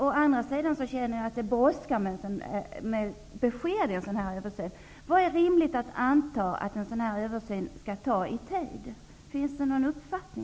Å andra sidan brådskar det med besked i en sådan översyn. Vad är en rimlig tidslängd för en sådan översyn?